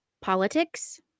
politics